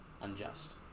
unjust